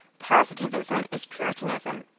positivism is puritanism.